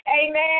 Amen